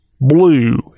blue